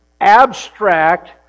abstract